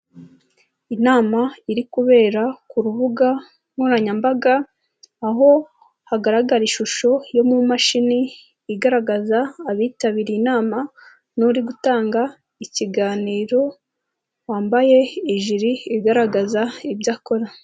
Inama iri kubera ku rubuga nkoranyambaga, aho hagaragara ishusho yo mu mashini igaragaza abitabiriye inama, n'uri gutanga ikiganiro, wambaye ijiri igaragaza ibyo akora.